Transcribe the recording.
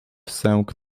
sęk